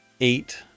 eight